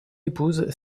épouse